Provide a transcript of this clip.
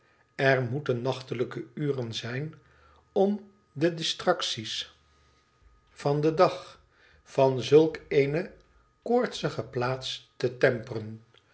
er moeten nachtelijke uren zijn om de distracties van den dag van zulk eene koortsige plaats te temperen